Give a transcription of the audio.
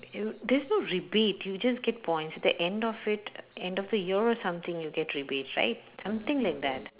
you there's no rebate you just get points at end of it end of the year or something you get rebate right something like that